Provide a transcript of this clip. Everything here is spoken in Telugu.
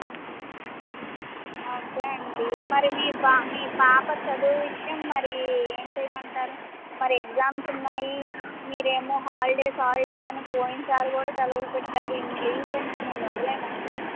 ఓకే అండి మరి మీ బా మీ పాప చదువు విషయం మరీ ఏం చేయమంటారు మరి ఎగ్జామ్స్ ఉన్నాయి మీరేమో హాలిడేస్ హాలిడేస్ అని పోయినసారి కూడా సెలవులు పెట్టారు ఇన్ని లీవ్స్ అంటే మేము ఇవ్వలేమండి